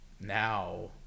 now